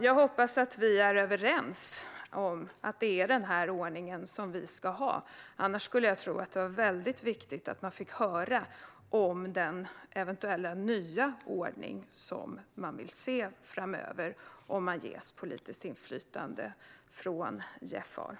Jag hoppas att vi är överens om den här ordningen. Annars vore det viktigt att få höra om den eventuella nya ordning som man vill se framöver, om man ges politiskt inflytande från Jeff Ahl.